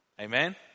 Amen